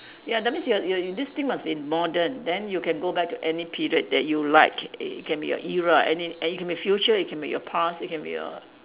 ya that means you're you're this team must be modern then you can go back to any period that you like you ca~ it can be your era and it can be your future can be your past it can be err